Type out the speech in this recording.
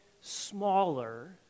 smaller